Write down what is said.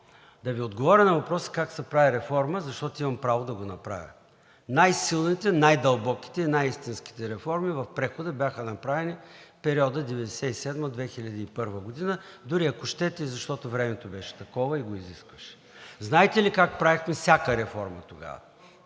да Ви отговоря на въпроса как се прави реформа, защото имам право да го направя. Най-силните, най-дълбоките и най-истинските реформи в прехода бяха направени в периода 1997 г. – 2001 г. Дори ако щете, защото времето беше такова и го изискваше. Знаете ли как правехме всяка реформа тогава?